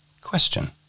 question